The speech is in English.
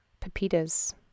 pepitas